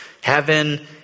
Heaven